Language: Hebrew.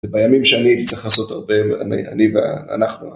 זה בימים שאני צריך לעשות הרבה, אני ואנחנו.